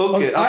Okay